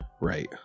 Right